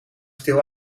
stil